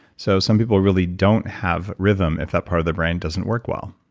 so some people really don't have rhythm, if that part of their brain doesn't work well.